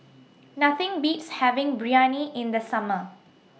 Nothing Beats having Biryani in The Summer